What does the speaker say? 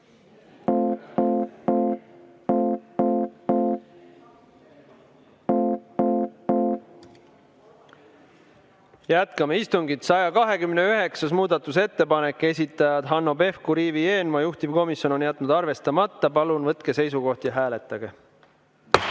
Jätkame istungit. 129. muudatusettepanek, esitajad Hanno Pevkur ja Ivi Eenmaa, juhtivkomisjon on jätnud arvestamata. Palun võtke seisukoht ja hääletage!